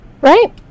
Right